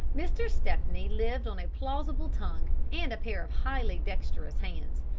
mr. stepney lived on a plausible tongue and a pair of highly dexterous hands.